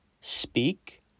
speak